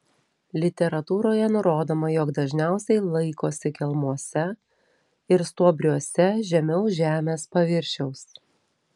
literatūroje nurodoma jog dažniausiai laikosi kelmuose ir stuobriuose žemiau žemės paviršiaus